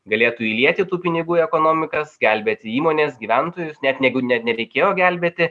galėtų įlieti tų pinigų į ekonomikas gelbėti įmones gyventojus net negu net nereikėjo gelbėti